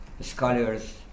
scholars